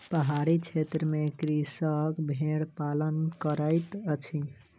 पहाड़ी क्षेत्र में कृषक भेड़ पालन करैत अछि